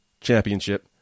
Championship